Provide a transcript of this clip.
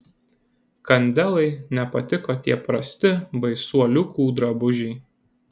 kandelai nepatiko tie prasti baisuoliukų drabužiai